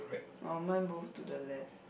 orh mine both to the left